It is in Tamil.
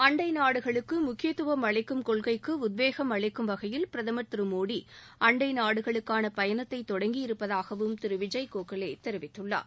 அண்டைநாடுகளுக்கு முக்கியத்துவம் அளிக்கும் கொள்கைக்கு உத்வேகம் அளிக்கும் வகையில் பிரதமர் திரு மோடி அண்டை நாடுகளுக்கான பயணத்தை தொடங்கியிருப்பதாகவும் திரு விஜய் கோகலே தெரிவித்துள்ளார்